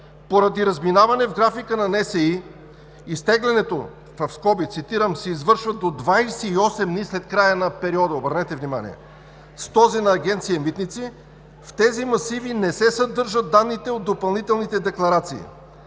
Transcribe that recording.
поради разминаването в графика на НСИ, в скоби – изтеглянето се извършва до 28 дни след края на периода, обърнете внимание, с този на Агенция „Митници“, в тези масиви не се съдържат данните от допълнителните декларации.